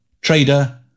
trader